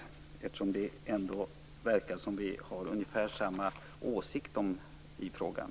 Det verkar ändå som om vi har ungefär samma åsikt i frågan.